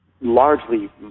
largely